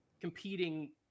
competing